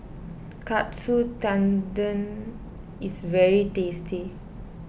Katsu Tendon is very tasty